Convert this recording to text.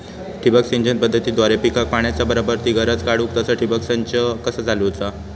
ठिबक सिंचन पद्धतीद्वारे पिकाक पाण्याचा बराबर ती गरज काडूक तसा ठिबक संच कसा चालवुचा?